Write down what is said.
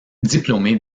diplômé